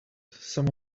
some